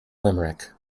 limerick